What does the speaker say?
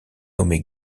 nommé